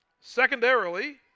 Secondarily